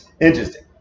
Interesting